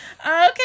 okay